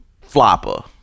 flopper